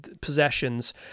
possessions